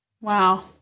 Wow